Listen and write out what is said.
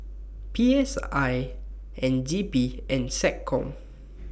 P S I N D P and Seccom